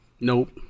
Nope